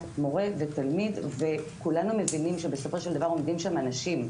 מורה ותלמיד וכולנו מבינים שבסופו של דבר עומדים שם אנשים,